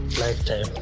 lifetime